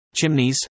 chimneys